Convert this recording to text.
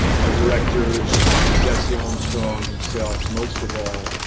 our directors, jesse armstrong, himself most of all.